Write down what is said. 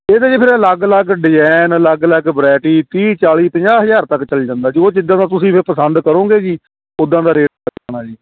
ਇਹ ਤਾਂ ਜੀ ਫਿਰ ਅਲੱਗ ਅਲੱਗ ਡਿਜ਼ਾਇਨ ਅਲੱਗ ਅਲੱਗ ਵਰਾਇਟੀ ਤੀਹ ਚਾਲ੍ਹੀ ਪੰਜਾਹ ਹਜ਼ਾਰ ਤੱਕ ਚਲ ਜਾਂਦਾ ਜੋ ਜਿੱਦਾਂ ਦਾ ਤੁਸੀਂ ਫਿਰ ਪਸੰਦ ਕਰੋਂਗੇ ਜੀ ਉਦਾਂ ਦਾ ਰੇਟ ਲੱਗਣਾ ਜੀ